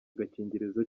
agakingirizo